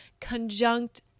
conjunct